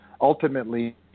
Ultimately